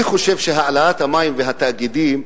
אני חושב שהעלאת מחיר המים והתאגידים,